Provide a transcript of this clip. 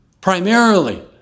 primarily